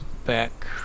back